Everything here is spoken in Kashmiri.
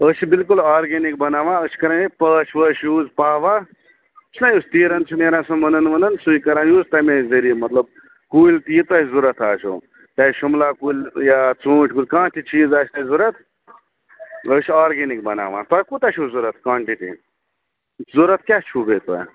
أسۍ چھِ بِلکُل آرگٔنِک بناوان أسۍ چھِ کران یہِ پٲش وٲش یوٗز پہہ وہہ چھِنہٕ یُس تیٖرَن چھِ نیران سُہ مٔنَن ؤنَن سُے کران یوٗز تٔمی زریعہ مطلب کُلۍ یہِ تۄہہِ ضُوٚرَتھ آسیو چاہے شُملہ کُلۍ یا ژھوٗنٹھ کُلۍ کانٛہہ تہِ چیٖز آسہِ تۄہہِ ضُوٚرَتھ أسۍ چھِ آرگٔنِک بناوان تۄہہِ کوٗتاہ چھُو ضُوٚرَتھ کانٹنٹی ضُوٚرَتھ کیٛاہ چھُو بیٚیہِ تۄہہِ